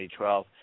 2012